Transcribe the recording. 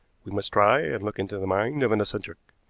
we must try and look into the mind of an eccentric.